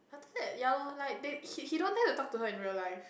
i thought that ya lor like they he he don't dare to talk to her in real life